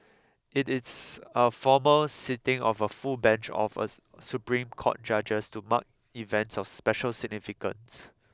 it is a formal sitting of a full bench of a Supreme Court judges to mark events of special significance